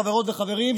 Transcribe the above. חברות וחברים,